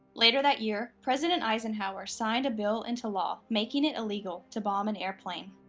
later that year, president eisenhower signed a bill into law making it illegal to bomb an airplane.